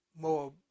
more